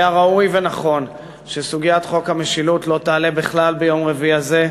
היה ראוי ונכון שסוגיית חוק המשילות לא תעלה בכלל ביום רביעי הזה,